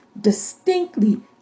distinctly